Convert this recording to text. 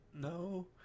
no